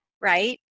right